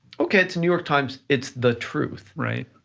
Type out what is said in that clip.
okay, it's the new york times, it's the truth, right?